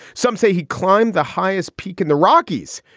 some say he climbed the highest peak in the rockies.